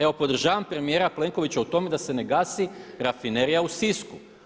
Evo podržavam premijera Plenkovića u tome da se ne gasi Rafinerija u Sisku.